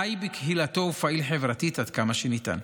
חי בקהילתו ופעיל חברתית עד כמה שניתן.